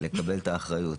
לקבל את האחריות.